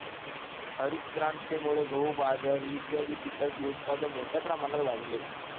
हरितक्रांतीमुळे गहू, बाजरी इत्यादीं पिकांचे उत्पादन मोठ्या प्रमाणात वाढले